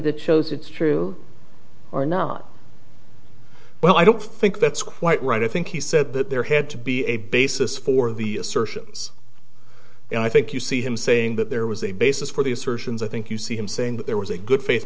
that shows it's true or not well i don't think that's quite right i think he said that there had to be a basis for the assertions and i think you see him saying that there was a basis for the assertions i think you see him saying that there was a good faith